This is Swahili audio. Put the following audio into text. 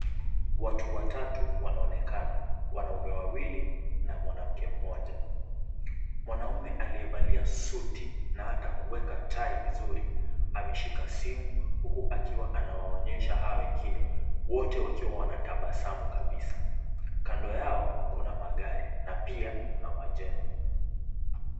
Watu watatu wanaonekana. Wanaume wawili, na mwanamke mmoja. Mwanaume aliyevalia suti na hata kuweka tai vizuri, ameshika simu huku akiwa anawaonyesha hao wengine. Wote wakiwa wanatabasamu kabisa. Kando yao kuna magari, na pia kuna majengo.